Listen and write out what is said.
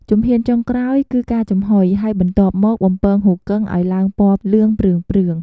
ជំហានចុងក្រោយ គឺការចំហុយ ហើយបន្ទាប់មកបំពងហ៊ូគឹងឱ្យឡើងពណ៌លឿងព្រឿងៗ។